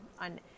on